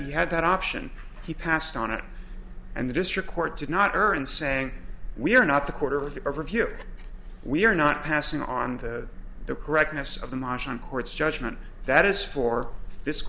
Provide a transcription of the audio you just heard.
he had that option he passed on it and the district court did not urge in saying we are not the quarter of a review we are not passing on to the correctness of the motion court's judgment that is for this